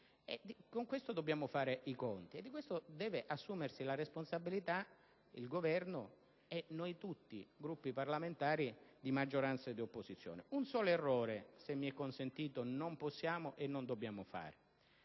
con esso dobbiamo fare i conti e di questo devono assumersi la responsabilità il Governo e noi tutti, Gruppi parlamentari di maggioranza e di opposizione. Se mi è consentito, c'è un solo errore che non possiamo e non dobbiamo fare: